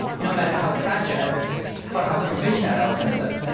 no matter how fragile or how provisional our consensus, ah